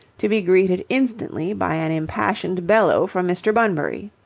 to be greeted instantly by an impassioned bellow from mr. bunbury.